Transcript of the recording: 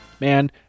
Man